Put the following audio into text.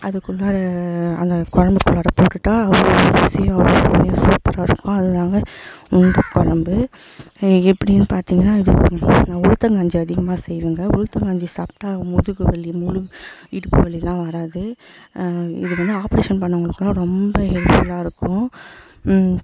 அதுக்குள்ளார அதை கொழம்புக்குள்ளார போட்டுவிட்டா அதோடய ருசியும் வாசனையும் சாப்பிட்ற வைக்கும் அதுவும் இல்லாமல் உருண்டக் கொழம்பு எப்படின்னு பார்த்தீங்கனா இது நான் உளுத்தங்கஞ்சி அதிகமாக செய்வேன்ங்க உளுத்தங்கஞ்சி சாப்பிட்டா முதுகு வலியும் இடுப்பு வலிலாம் வராது அது இது வந்து ஆப்ரேஷன் பண்ணவங்களுக்கெல்லாம் ரொம்ப ஹெல்ப்ஃபுல்லாக இருக்கும்